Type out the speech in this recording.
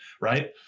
right